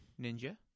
ninja